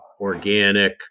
organic